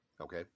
Okay